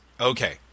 Okay